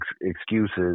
excuses